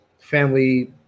family